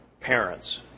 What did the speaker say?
parents